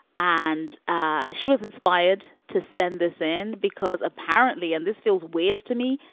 and ah she was inspired to send this in because apparently and this feels weird to me.